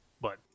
but-